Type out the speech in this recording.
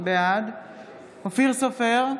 בעד אופיר סופר,